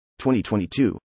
2022